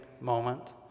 moment